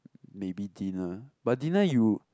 maybe dinner but dinner you